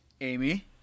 Amy